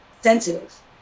sensitive